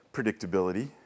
Predictability